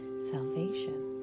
Salvation